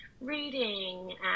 reading